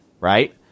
right